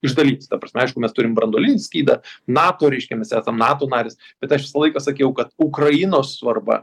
iš dalies ta prasme aišku mes turim branduolinį skydą nato reiškia mes esam nato narės bet aš visą laiką sakiau kad ukrainos svarba